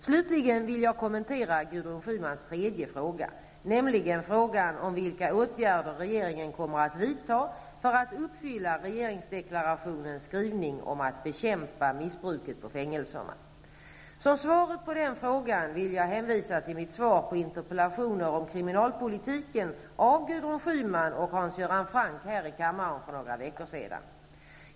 Slutligen vill jag kommentera Gudrun Schymans tredje fråga, nämligen frågan om vilka åtgärder regeringen kommer att vidta för att uppfylla regeringsdeklarationens skrivning om att bekämpa missbruket på fängelserna. Som svar på den frågan vill jag hänvisa till mitt svar här i kammaren för några veckor sedan på interpellationer om kriminalpolitiken framställda av Gudrun Schyman och Hans Göran Franck.